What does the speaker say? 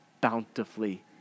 bountifully